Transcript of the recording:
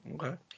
Okay